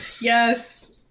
yes